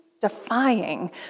defying